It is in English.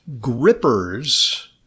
grippers